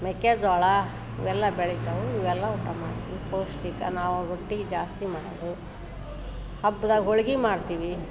ಮೆಕ್ಕೆಜೋಳ ಇವೆಲ್ಲ ಬೆಳಿತಾವು ಇವೆಲ್ಲ ಊಟ ಮಾಡ್ತೀವಿ ಪೌಷ್ಟಿಕ ನಾವು ರೊಟ್ಟಿ ಜಾಸ್ತಿ ಮಾಡೋದು ಹಬ್ದಾಗ ಹೋಳಿಗೆ ಮಾಡ್ತೀವಿ